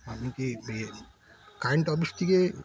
এটা কি ইয়ে কারেন্ট অফিস থেকে